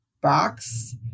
box